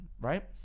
right